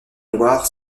loire